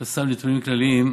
עכשיו סתם נתונים כלליים,